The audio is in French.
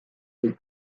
des